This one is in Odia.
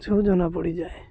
ସବୁ ଜଣାପଡ଼ିଯାଏ